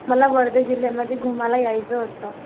मला वर्धा जिल्ह्यामध्ये घुमायला यायचं होतं